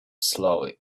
slowly